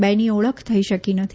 બેની ઓળખ થઈ શકી નથી